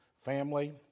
family